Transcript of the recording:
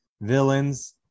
villains